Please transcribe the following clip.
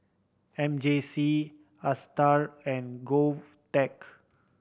M J C Astar and GovTech